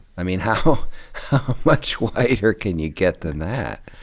i mean, how much whiter can you get than that?